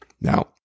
Now